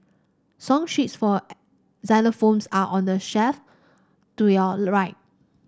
song sheets for xylophones are on the shelf to your right